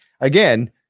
again